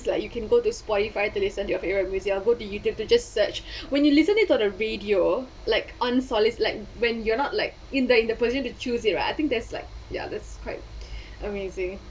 like you can go Spotify to listen to your favourite music or go to YouTube to just search when you listen it to on the radio like on soli~ like when you're not like in the in the position to choose it right I think that's like ya that's quite amazing